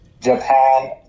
japan